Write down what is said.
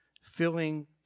filling